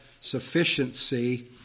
sufficiency